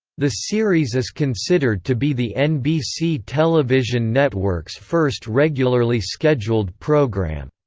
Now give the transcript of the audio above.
the series is considered to be the nbc television network's first regularly scheduled program.